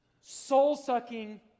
soul-sucking